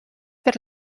per